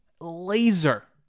Laser